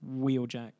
Wheeljack